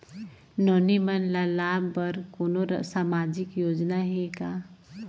नोनी मन ल लाभ बर कोनो सामाजिक योजना हे का?